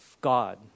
God